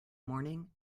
morning